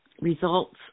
results